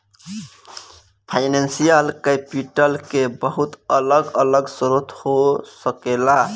financial capital के बहुत अलग अलग स्रोत हो सकेला